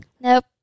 Nope